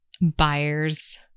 Buyers